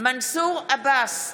מנסור עבאס,